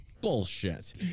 Bullshit